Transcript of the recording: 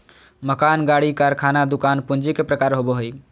मकान, गाड़ी, कारखाना, दुकान पूंजी के प्रकार होबो हइ